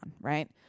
right